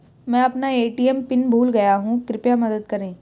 मैं अपना ATM PIN भूल गया हूँ कृपया मदद करें